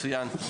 מצוין.